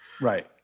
Right